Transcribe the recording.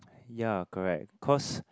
ya correct cause